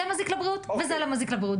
זה מזיק לבריאות, וזה מזיק לבריאות.